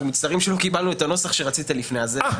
מצטערים שלא קיבלנו את הנוסח שרצית לפני זה...